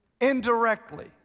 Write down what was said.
Indirectly